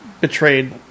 betrayed